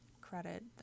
credit